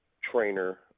trainer